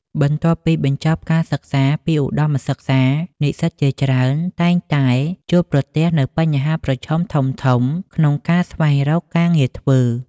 បន្ទាប់ពីបញ្ចប់ការសិក្សាពីឧត្តមសិក្សា និស្សិតជាច្រើនតែងតែជួបប្រទះនូវបញ្ហាប្រឈមធំៗក្នុងការស្វែងរកការងារធ្វើ។